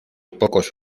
pocos